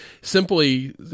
simply